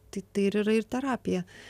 tik tai ir yra ir terapija